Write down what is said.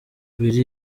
willy